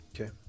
Okay